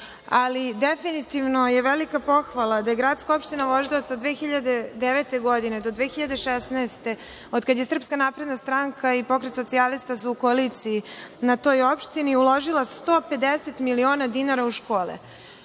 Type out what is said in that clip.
ali definitvno je velika pohvala da je gradska Opština Voždovac od 2009. godine do 2016. godine od kada je SNS i Pokret socijalista u koaliciji na toj opštini, uložila 150 miliona dinara u škole.